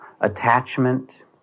attachment